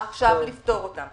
עכשיו לפתור אותם.